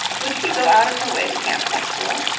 would she go out of her way to camp next door?